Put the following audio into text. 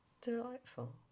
delightful